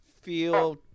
feel